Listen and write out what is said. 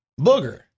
Booger